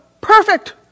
perfect